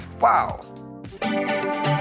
Wow